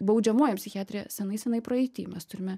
baudžiamoji psichiatrija senai senai praeity mes turime